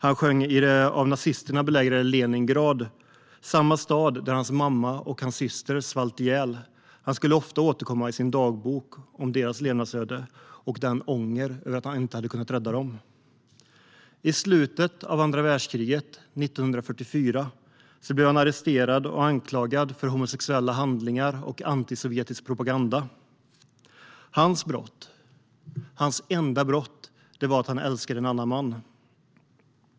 Han sjöng i det av nazisterna belägrade Leningrad - den stad där hans mamma och syster svalt ihjäl. I sin dagbok återkom han ofta till deras levnadsöde och sin ånger över att inte ha kunnat rädda dem. I slutet av andra världskriget, 1944, blev han gripen och anklagad för homosexuella handlingar och antisovjetisk propaganda. Hans enda brott var att han älskade en man.